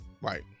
Right